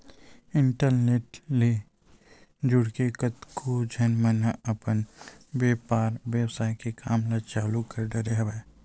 internet ले जुड़के कतको झन मन ह अपन बेपार बेवसाय के काम ल चालु कर डरे हवय